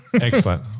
excellent